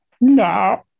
no